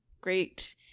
great